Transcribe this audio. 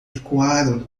ecoaram